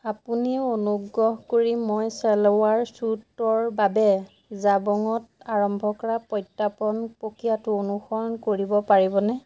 আপুনি অনুগ্ৰহ কৰি মই ছালৱাৰ ছুটৰ বাবে জাবঙত আৰম্ভ কৰা প্ৰত্যৰ্পণ প্ৰক্ৰিয়াটো অনুসৰণ কৰিব পাৰিবনে